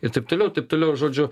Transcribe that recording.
ir taip toliau ir taip toliau žodžiu